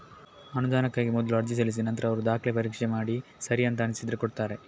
ಅನುದಾನಕ್ಕಾಗಿ ಮೊದ್ಲು ಅರ್ಜಿ ಸಲ್ಲಿಸಿ ನಂತ್ರ ಅವ್ರು ದಾಖಲೆ ಪರೀಕ್ಷೆ ಮಾಡಿ ಸರಿ ಅಂತ ಅನ್ಸಿದ್ರೆ ಕೊಡ್ತಾರೆ